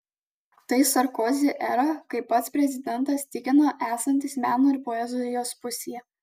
tai sarkozi era kai pats prezidentas tikina esantis meno ir poezijos pusėje